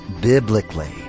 biblically